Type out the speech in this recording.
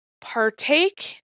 partake